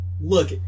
look